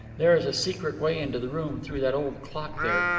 there is a secret way into the room through that old clock there,